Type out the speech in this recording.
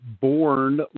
born